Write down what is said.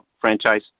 franchise